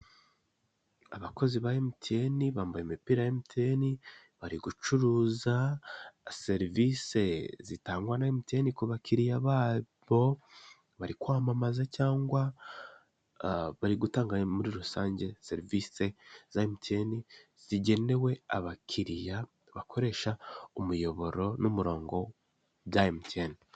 Abakozi ba Emutiyeni bambaye imipira ya Emutiyeni, bari gucuruza serivisi zitangwa na Emutiyeni ku bakiriya babo, bari kwamamaza cyangwa bari gutanga muri rusange serivisi za Emutiyeni zigenewe abakiriya bakoresha umuyoboro n'umurongo bya Emutiyeni.